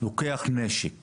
לוקח נשק